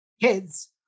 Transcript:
kids